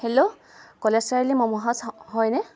hello college Chariali momo house হ হয়নে